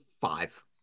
five